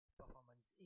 performance